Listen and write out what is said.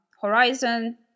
Horizon